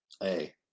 Hey